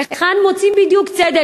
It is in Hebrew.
היכן מוצאים בדיוק צדק,